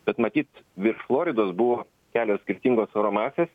bet matyt virš floridos buvo kelios skirtingos oro masės